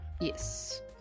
Yes